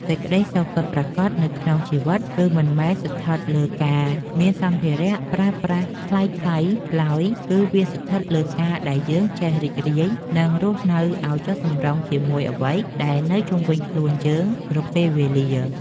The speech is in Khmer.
សេចក្តីសុខពិតប្រាកដនៅក្នុងជីវិតគឺមិនមែនស្ថិតលើការមានសម្ភារៈប្រើប្រាស់ថ្លៃៗឡើយគឺវាស្ថិតលើការដែលយើងចេះរីករាយ និង រស់នៅឱ្យចុះសម្រុងជាមួយអ្វីដែលជុំវិញខ្លួនយើងគ្រប់ពេលវេលា។